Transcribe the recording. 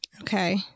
Okay